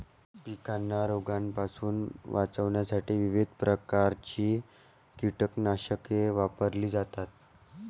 पिकांना रोगांपासून वाचवण्यासाठी विविध प्रकारची कीटकनाशके वापरली जातात